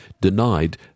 denied